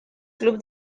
club